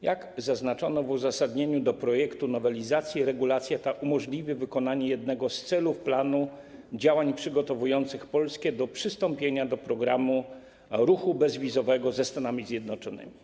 Jak zaznaczono w uzasadnieniu do projektu nowelizacji, regulacja ta umożliwi osiągnięcie jednego z celów planu działań przygotowujących Polskę do przystąpienia do programu ruchu bezwizowego ze Stanami Zjednoczonymi.